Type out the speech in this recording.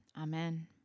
Amen